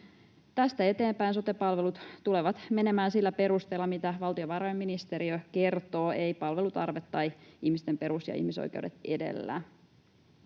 Tästä eteenpäin sote-palvelut tulevat menemään sillä perusteella, mitä valtiovarainministeriö kertoo, ei palvelutarve tai ihmisten perus- ja ihmisoikeudet edellä.